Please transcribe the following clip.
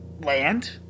land